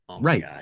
right